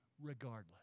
regardless